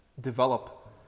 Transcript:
develop